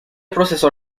proceso